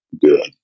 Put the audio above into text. good